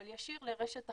אבל ישיר לרשת החלוקה.